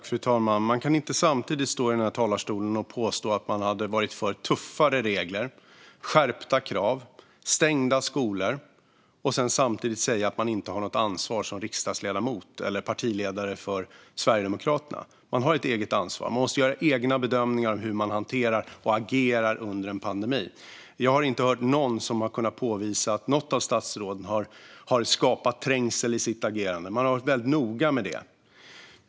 Fru talman! Man kan inte stå här i talarstolen och påstå att man har varit för tuffare regler, skärpta krav och stängda skolor och samtidigt säga att man inte har något ansvar som riksdagsledamot eller partiledare för Sverigedemokraterna. Man har ett eget ansvar. Man måste göra egna bedömningar om hur man hanterar en pandemi och agerar under den. Jag har inte hört att någon har kunnat påvisa att något av statsråden har skapat trängsel genom sitt agerande. Man har varit väldigt noga med det.